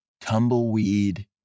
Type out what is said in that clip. tumbleweed